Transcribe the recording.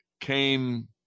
came